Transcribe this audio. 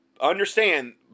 understand